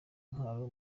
intwaro